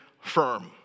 firm